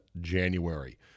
January